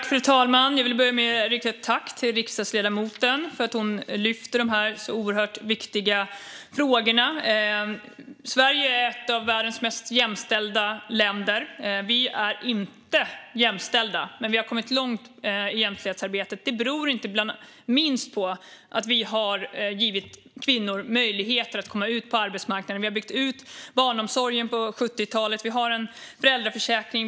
Fru talman! Jag vill börja med att rikta ett tack till riksdagsledamoten för att hon lyfter fram dessa oerhört viktiga frågor. Sverige är ett av världens mest jämställda länder. Vi är inte jämställda, men vi har kommit långt i jämställdhetsarbetet. Det beror inte minst på att vi har givit kvinnor möjligheter att komma ut på arbetsmarknaden. Vi byggde ut barnomsorgen på 70-talet. Vi har en föräldraförsäkring.